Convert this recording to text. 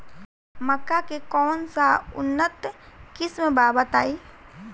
मक्का के कौन सा उन्नत किस्म बा बताई?